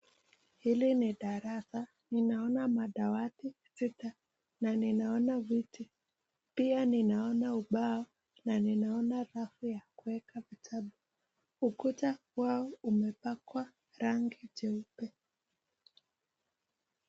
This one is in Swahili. Hili ni darasa. Ninaona madawati sita na ninaona viti. Pia ninaona ubao na ninaona rafu ya kuweka vitabu. Ukuta wao umepakwa rangi jeupe.